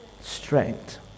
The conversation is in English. strength